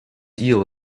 eel